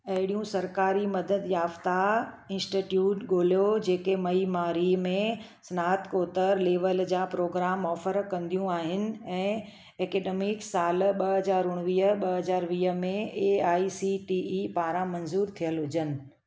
अहिड़ियूं सरकारी मदद याफ़्ता इन्स्टिट्यूट ॻोल्हियो जेके मइमारी में स्नातकोतर लेवल जा प्रोग्राम ऑफर कंदियूं आहिनि ऐं एकेडेमिक साल ॿ हज़ार उणिवीह ॿ हज़ार वीह में A I C T E पारां मंजूर थियल हुजनि